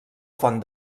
font